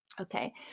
Okay